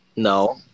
No